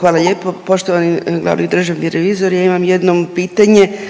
Hvala lijepo. Poštovani glavni državni revizore ja imam jedno pitanje